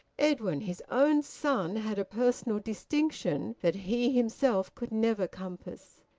edwin, his own son, had a personal distinction that he himself could never compass.